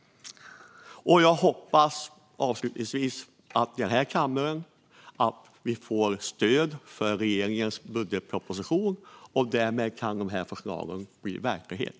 Jag hoppas att vi här i kammaren får stöd för regeringens budgetproposition så att förslagen därmed kan bli verklighet.